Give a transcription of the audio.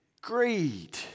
Greed